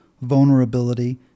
vulnerability